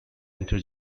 enter